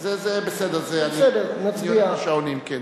זה בסדר, זה אני, שעונים.